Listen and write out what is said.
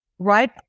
right